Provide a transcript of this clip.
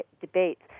debates